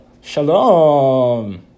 Shalom